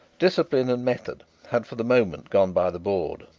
discipline and method had for the moment gone by the board.